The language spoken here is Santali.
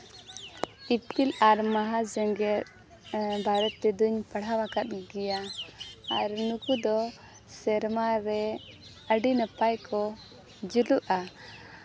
ᱤᱯᱤᱞ ᱟᱨ ᱢᱚᱦᱟ ᱡᱮᱜᱮᱫ ᱵᱟᱨᱮ ᱛᱮᱫᱚᱧ ᱯᱟᱲᱦᱟᱣ ᱟᱠᱟᱫ ᱜᱮᱭᱟ ᱟᱨ ᱱᱩᱠᱩ ᱫᱚ ᱥᱮᱨᱢᱟ ᱨᱮ ᱟᱹᱰᱤ ᱱᱟᱯᱟᱭ ᱠᱚ ᱡᱩᱞᱩᱜᱼᱟ